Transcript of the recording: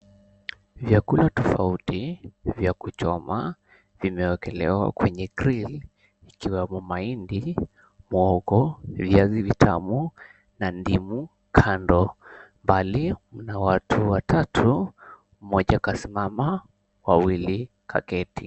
Vyakula tofauti vya kuchoma vimewekelewa kwenye grill ikiwemo mahindi, muhogo, viazi vitamu na ndimu kando. Mbali kuna watu watatu. Mmoja kasimama, wawili kaketi.